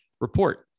report